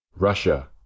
Russia